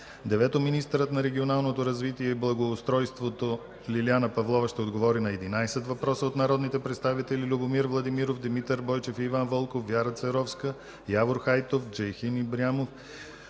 9. Министърът на регионалното развитие и благоустройството Лиляна Павлова ще отговори на 11 въпроса от народните представители Любомир Владимиров, Димитър Бойчев и Иван Вълков, Вяра Церовска, Явор Хайтов, Джейхан Ибрямов,